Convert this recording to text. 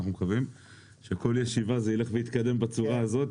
אנחנו מקווים שכל ישיבה זה יילך ויתקדם בצורה הזאת,